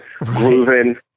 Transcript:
grooving